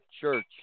church